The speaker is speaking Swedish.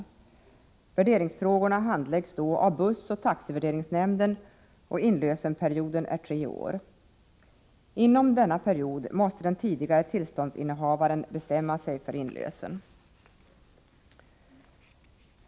Värderingsfrågorna handläggs då av bussoch taxivärderingsnämnden, och inlösenperioden är tre år. Inom denna period måste den tidigare tillståndsinnehavaren bestämma sig för inlösen.